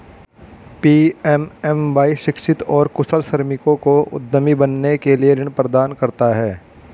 PMMY शिक्षित और कुशल श्रमिकों को उद्यमी बनने के लिए ऋण प्रदान करता है